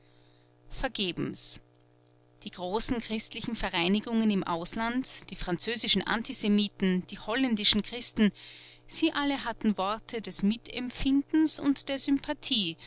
vergebens die großen christlichen vereinigungen im ausland die französischen antisemiten die holländischen christen sie alle hatten worte des mitempfindens und der sympathie